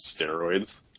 steroids